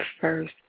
first